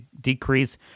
decrease